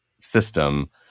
system